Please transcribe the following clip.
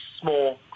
small